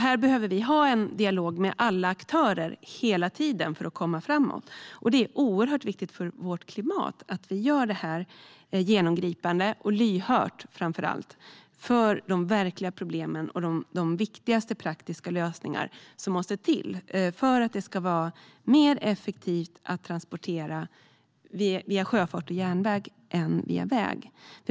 Här behöver vi hela tiden ha en dialog med alla aktörer för att komma framåt. Det är oerhört viktigt för vårt klimat att vi gör det här genomgripande och framför allt lyhört för de verkliga problemen och de viktigaste praktiska lösningar som måste till för att det ska vara effektivare att transportera via sjöfart och järnväg än via väg.